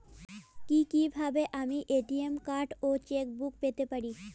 কি কিভাবে আমি এ.টি.এম কার্ড ও চেক বুক পেতে পারি?